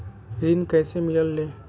ऋण कईसे मिलल ले?